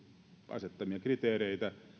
asettamia kriteereitä